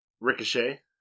ricochet